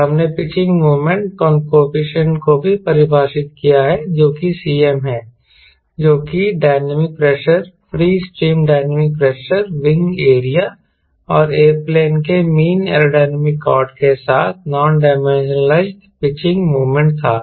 और हमने pitching moment coefficient को भी परिभाषित किया है जो कि Cm है जो कि dynamic pressure free stream dynamic pressure wing area और एयरप्लेन के मीन एयरोडायनेमिक कॉर्ड के साथ नॉन डाइमेंशनलाइज्ड पिचिंग मोमेंट था